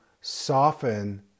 soften